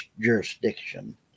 jurisdiction